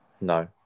No